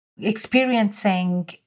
experiencing